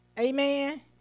Amen